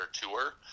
tour